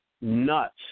nuts